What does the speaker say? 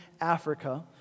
Africa